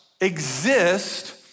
exist